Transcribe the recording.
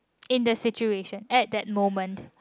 in the situation at the moment